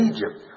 Egypt